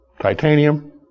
titanium